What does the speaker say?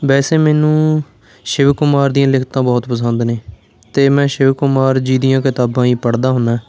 ਵੈਸੇ ਮੈਨੂੰ ਸ਼ਿਵ ਕੁਮਾਰ ਦੀਆਂ ਲਿਖਤਾਂ ਬਹੁਤ ਪਸੰਦ ਨੇ ਅਤੇ ਮੈਂ ਸ਼ਿਵ ਕੁਮਾਰ ਜੀ ਦੀਆਂ ਕਿਤਾਬਾਂ ਹੀ ਪੜ੍ਹਦਾ ਹੁੰਦਾ